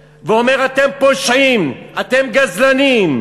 ואומר: אתם פושעים, אתם גזלנים,